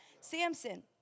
Samson